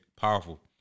powerful